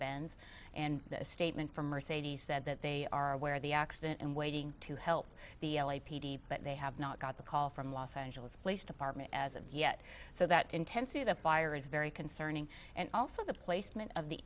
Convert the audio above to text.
benz and a statement from mercedes said that they are aware of the accident and waiting to help the l a p d but they have not got the call from los angeles police department as of yet so that intensity the fire is very concerning and also the placement of the